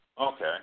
Okay